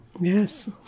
Yes